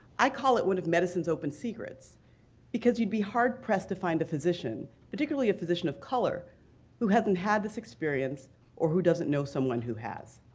i call it one of medicines open secrets because you'd be hard pressed to find a physician, particularly a physician of color who hasn't had this experience or who doesn't know someone who has.